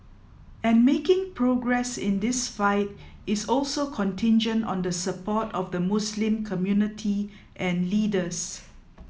and making progress in this fight is also contingent on the support of the Muslim community and leaders